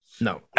No